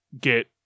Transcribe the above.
get